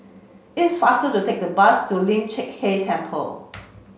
it's faster to take the bus to Lian Chee Kek Temple